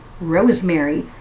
rosemary